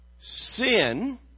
sin